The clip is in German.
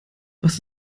was